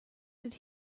did